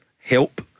help